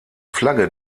flagge